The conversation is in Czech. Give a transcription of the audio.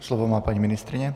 Slovo má paní ministryně.